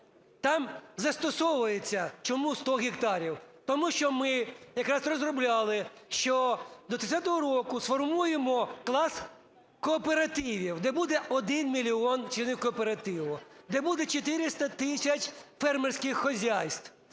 Там застосовується чому 100 гектарів? Тому що ми якраз розробляли, що до 30 року сформуємо клас кооперативів, де буде 1 мільйон чинних кооперативів, де буде 400 тисяч фермерських хазяйств.